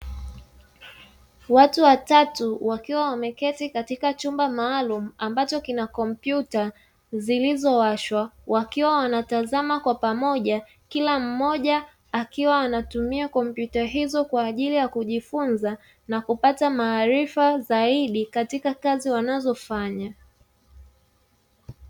Watu watatu wakiwa wameketi katika chumba maalum ambacho kina kompyuta zilizowashwa wakiwa wanatazama kwa pamoja kila mmoja akiwa anatumia kompyuta hizo kwa ajili ya kujifunza na kupata maarifa zaidi katika kazi wanazofanya.